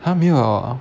!huh! 没有 liao ah